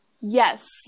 yes